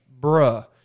Bruh